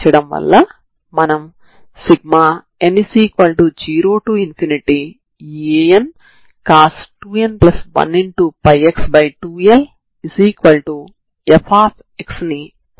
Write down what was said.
కాబట్టి ξη ని ఉపయోగించినప్పుడు ఎడమచేతి వైపున విలువ 0 అవుతుంది